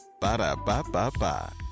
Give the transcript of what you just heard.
Ba-da-ba-ba-ba